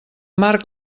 marc